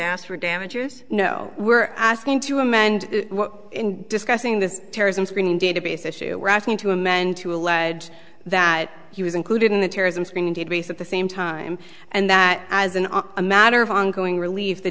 asked for damages no we're asking to amend discussing this terrorism screening database issue we're asking to amend to allege that he was included in the terrorism screening database at the same time and that as an a matter of ongoing relieve the